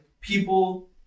people